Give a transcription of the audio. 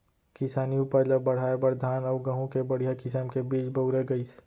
किसानी उपज ल बढ़ाए बर धान अउ गहूँ के बड़िहा किसम के बीज बउरे गइस